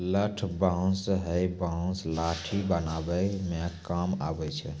लठ बांस हैय बांस लाठी बनावै म काम आबै छै